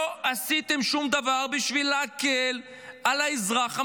לא עשיתם שום דבר בשביל להקל על האזרח הממוצע,